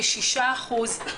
כשישה אחוזים,